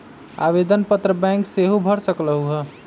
आवेदन पत्र बैंक सेहु भर सकलु ह?